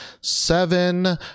seven